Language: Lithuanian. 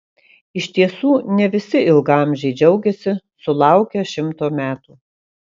iš tiesų ne visi ilgaamžiai džiaugiasi sulaukę šimto metų